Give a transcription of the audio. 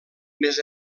més